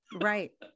right